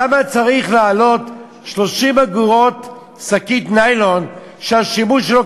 למה צריך לשלם 30 אגורות על שקית ניילון שהשימוש שלה,